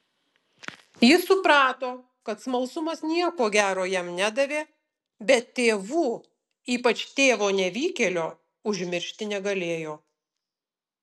jis suprato kad smalsumas nieko gero jam nedavė bet tėvų ypač tėvo nevykėlio užmiršti negalėjo